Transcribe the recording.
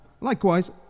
Likewise